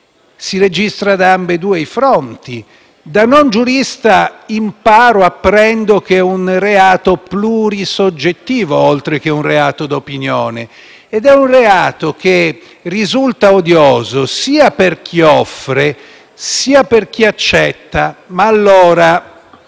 si registra da ambedue i fronti. Da non giurista imparo e apprendo che è un reato plurisoggettivo, oltre che un reato d'opinione, ed è un reato che risulta odioso sia per chi offre, sia per chi accetta. Colleghi,